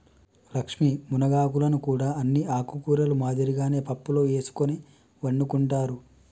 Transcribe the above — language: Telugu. లక్ష్మీ మునగాకులను కూడా అన్ని ఆకుకూరల మాదిరిగానే పప్పులో ఎసుకొని వండుకుంటారు